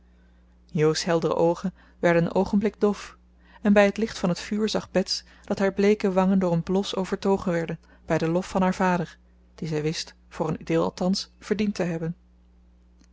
jo's heldere oogen werden een oogenblik dof en bij het licht van het vuur zag bets dat haar bleeke wangen door een blos overtogen werden bij den lof van haar vader dien zij wist voor een deel althans verdiend te hebben